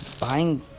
buying